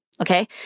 okay